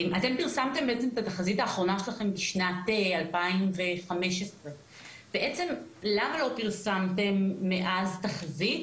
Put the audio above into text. אתם פירסמתם את התחזית האחרונה שלכם בשנת 2015. למה לא פירסמתם מאז תחזית